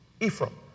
Ephraim